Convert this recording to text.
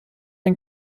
ein